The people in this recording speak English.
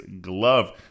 glove